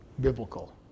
biblical